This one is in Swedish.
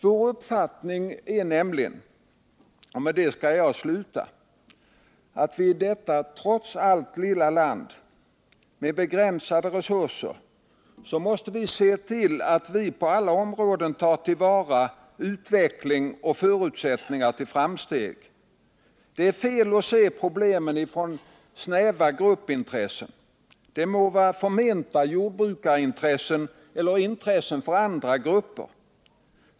Vår uppfattning är nämligen, och med det skall jag sluta, att vi i detta trots allt lilla land med begränsade resurser måste se till att vi på alla områden tar till vara utveckling och förutsättningar till framsteg. Det är fel att se problemen från snäva gruppintressen — det må vara förmenta jordbrukarintressen eller intressen för andra grupper.